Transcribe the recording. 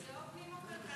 זה או פנים או כלכלה.